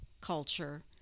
culture